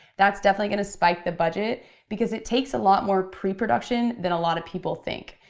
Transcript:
that's definitely gonna spike the budget because it takes a lot more pre-production than a lot of people think.